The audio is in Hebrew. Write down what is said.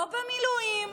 לא במילואים,